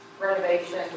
renovation